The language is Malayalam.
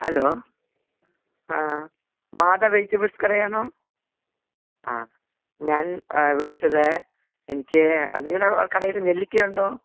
ഹലോ ആ മാത വെജിറ്റബ്ൾസ് കടയാണോ ആ ഞാൻ വിളിച്ചത് എനിക്ക് നിങ്ങളുടെ കടയിൽ നെല്ലിക്ക ഉണ്ടോ